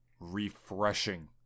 refreshing